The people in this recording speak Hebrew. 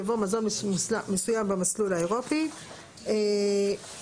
יבוא "מזון מסוים במסלול האירופי"; (20)